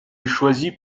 choisie